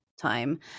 time